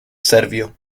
serbio